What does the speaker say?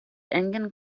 engen